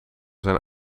zijn